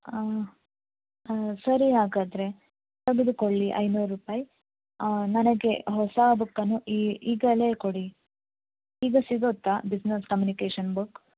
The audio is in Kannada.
ಸರಿ ಹಾಗಾದರೆ ತೆಗೆದುಕೊಳ್ಳಿ ಐನೂರು ರೂಪಾಯಿ ನನಗೆ ಹೊಸ ಬುಕ್ಕನ್ನು ಈ ಈಗಲೇ ಕೊಡಿ ಈಗ ಸಿಗುತ್ತಾ ಬಿಸ್ನಸ್ ಕಮ್ಯುನಿಕೇಷನ್ ಬುಕ್